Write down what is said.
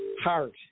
heart